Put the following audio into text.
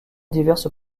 diverses